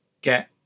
get